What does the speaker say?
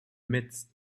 midst